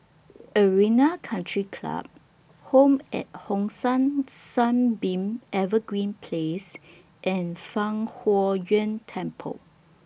Arena Country Club Home At Hong San Sunbeam Evergreen Place and Fang Huo Yuan Temple